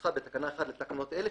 כנוסחה בתקנה 1 לתקנות אלה,